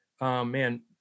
man